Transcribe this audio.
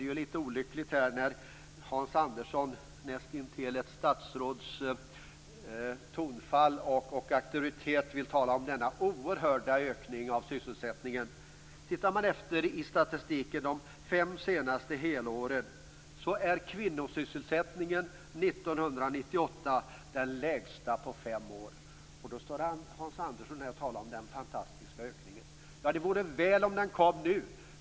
Det är lite olyckligt när Hans Andersson med nästintill ett statsråds tonfall och auktoritet vill tala om denna oerhörda ökning av sysselsättningen. Tittar man i statistiken för de fem senaste helåren finner man ju att kvinnosysselsättningen 1998 är den lägsta på fem år. Ändå står Hans Andersson här och talar om den fantastiska ökningen! Det vore väl om den kom nu.